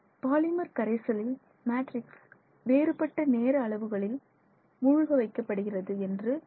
polymer கரைசலில் matrix வேறுபட்ட நேர அளவுகளில் மூழ்க வைக்கப்படுகிறது என்று பார்த்துள்ளோம்